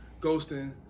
ghosting